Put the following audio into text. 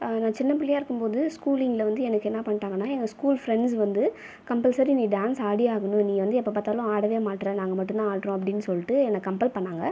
நான் சின்னப்பிள்ளையா இருக்கும்போது ஸ்கூலிங்கில் வந்து எனக்கு என்ன பண்ணிட்டாங்கன்னா எங்க ஸ்கூல் ஃப்ரெண்ட்ஸ் வந்து கம்பல்சரி நீ டான்ஸ் ஆடியே ஆகணும் நீ வந்து எப்போப் பார்த்தாலும் ஆடவே மாட்றே நாங்கள் மட்டும்தான் ஆடுறோம் அப்படின்னு சொல்லிவிட்டு என்னை கம்பல் பண்ணிணாங்க